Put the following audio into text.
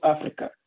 Africa